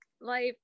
life